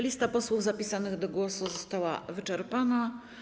Lista posłów zapisanych do głosu została wyczerpana.